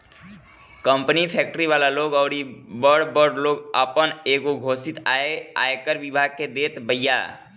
company, factory वाला लोग अउरी बड़ बड़ लोग आपन एगो घोषित आय आयकर विभाग के देत बिया